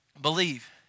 believe